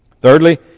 Thirdly